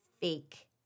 fake